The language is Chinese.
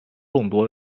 众多